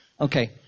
Okay